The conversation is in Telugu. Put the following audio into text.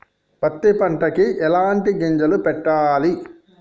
పత్తి పంటకి ఎలాంటి గింజలు పెట్టాలి?